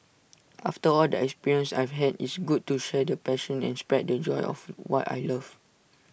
after all the experiences I've had it's good to share the passion and spread the joy of what I love